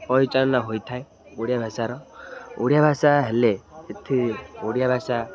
ପରିଚାଳନା ହୋଇଥାଏ ଓଡ଼ିଆ ଭାଷାର ଓଡ଼ିଆ ଭାଷା ହେଲେ ଏଠି ଓଡ଼ିଆ ଭାଷା